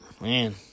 man